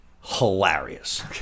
hilarious